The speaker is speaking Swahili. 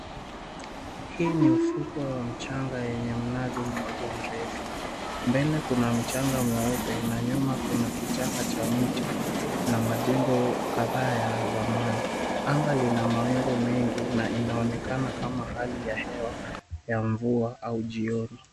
Hii ni ufukwe wa mchanga yenye mnazi mmoja mrefu mbele kuna mchanga mweupe na nyuma kuna kichaka cha mti na majengo kadhaa ya zamani, anga lina mawingu mengi na inaonekana kama hali ya hewa ya mvua au jioni.